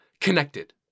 connected